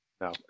no